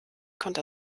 konnte